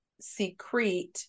secrete